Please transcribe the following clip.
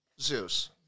Zeus